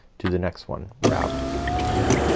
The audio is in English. do the next one. wrap and in,